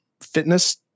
fitness